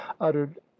uttered